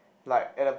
like at the